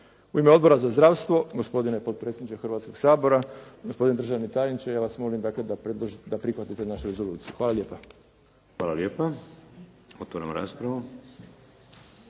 U ime Odbora za zdravstvo gospodine potpredsjedniče Hrvatskoga sabora, gospodine državni tajniče ja vas molim dakle da prihvatite našu rezoluciju. Hvala lijepa. **Šeks, Vladimir